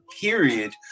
period